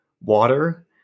water